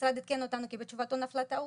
המשרד עדכן אותנו כי בתשובתו נפלה טעות,